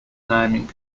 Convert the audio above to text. naming